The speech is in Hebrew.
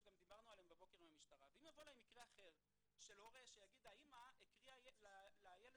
אם יבוא למשטרה הורה שיגיד שהקריאו לילד